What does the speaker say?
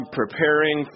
preparing